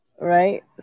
Right